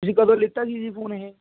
ਤੁਸੀਂ ਕਦੋਂ ਲਿਆ ਸੀ ਜੀ ਫੋਨ ਇਹ